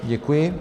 Děkuji.